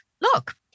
look